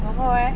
然后 leh